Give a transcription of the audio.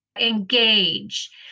engage